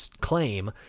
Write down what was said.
claim